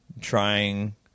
trying